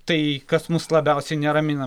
tai kas mus labiausiai neramina